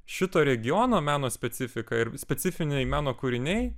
šito regiono meno specifika ir specifiniai meno kūriniai